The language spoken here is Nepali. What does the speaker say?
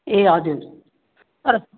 ए हजुर तर